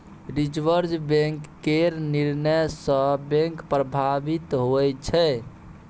reserve bank केर निर्णय सँ बैंक प्रभावित होइ छै